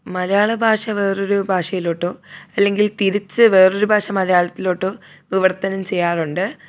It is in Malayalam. മലയാള ഭാഷ വേറൊരു ഭാഷയിലോട്ടോ അല്ലെങ്കിൽ തിരിച്ച് വേറൊരു ഭാഷ മലയാളത്തിലോട്ടോ വിവർത്തനം ചെയ്യാറുണ്ട്